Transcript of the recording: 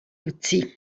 luzi